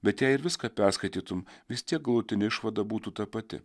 bet jei ir viską perskaitytum vis tiek galutinė išvada būtų ta pati